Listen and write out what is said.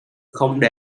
không